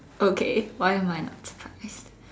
okay why am I not surprised